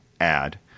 add